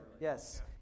Yes